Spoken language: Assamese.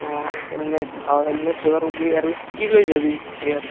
অ' হেলমেট হেলমেট যোগাৰ কৰিবি আৰু কি লৈ যাবি বিয়াত